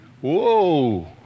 Whoa